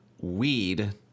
weed